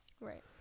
Right